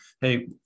hey